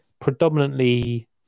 predominantly